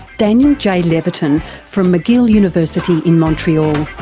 daniel j levitin from mcgill university in montreal.